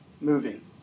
moving